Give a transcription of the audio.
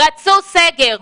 רצו סגר.